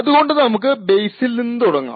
അതുകൊണ്ട് നമുക്ക് ബേസിൽ നിന്ന് തുടങ്ങാം